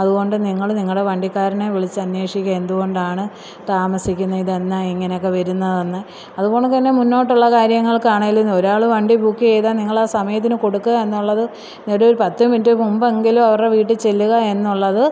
അതുകൊണ്ട് നിങ്ങൾ നിങ്ങളുടെ വണ്ടിക്കാരനെ വിളിച്ച് അന്വേഷിക്കുക എന്തുകൊണ്ടാണ് താമസിക്കുന്നത് ഇതെന്താ ഇങ്ങനെ ഒക്കെ വരുന്നത് എന്ന് അത്പോണക്ക് തന്നെ മുന്നോട്ടുള്ള കാര്യങ്ങൾക്ക് ആണെങ്കിലും ഒരാൾ വണ്ടി ബുക്ക് ചെയ്താൽ നിങ്ങൾ ആ സമയത്തിന് കൊടുക്കുക എന്നുള്ളത് ഒരു പത്ത് മിനിറ്റ് മുമ്പെങ്കിലും അവരുടെ വീട്ടില് ചെല്ലുക എന്നുള്ളത്